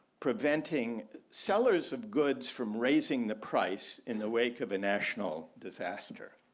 preventing sellers of goods from raising the price in the wake of a national disaster.